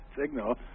signal